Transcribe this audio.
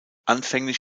anfänglich